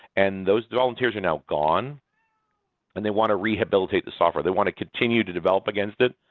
and those volunteers are now gone and they want to rehabilitate the software. they want to continue to develop against it.